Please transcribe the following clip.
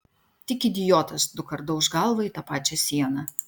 tik idiotas dukart dauš galvą į tą pačią sieną